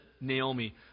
Naomi